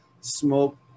smoke